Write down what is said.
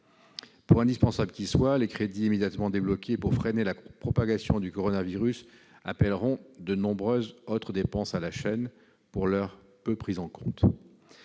Pour indispensables qu'ils soient, les crédits immédiatement débloqués pour freiner la propagation du coronavirus appelleront de nombreuses autres dépenses à la chaîne, pour l'heure peu prises en compte